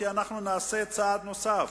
כי אנחנו נעשה צעד נוסף,